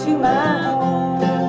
you know